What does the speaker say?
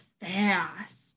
fast